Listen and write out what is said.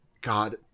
God